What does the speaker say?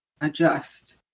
adjust